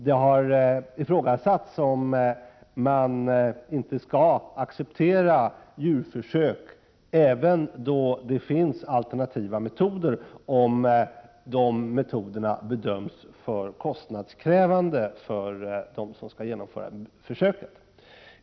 Det har ifrågasatts om inte djurförsök skall accepteras även då det finns alternativa metoder, om de metoderna bedöms för kostnadskrävande för dem som skall genomföra försöket.